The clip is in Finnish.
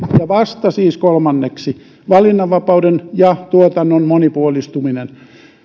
vasta kolmanneksi valinnanvapauden ja tuotannon monipuolistuminen